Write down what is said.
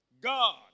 God